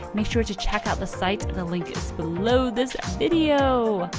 make sure to check out the site. the link is below this video.